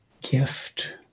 gift